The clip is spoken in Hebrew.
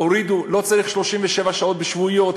לא צריך 37 שעות שבועיות,